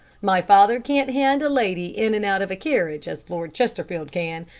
my father can't hand a lady in and out of a carriage as lord chesterfield can,